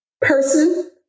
person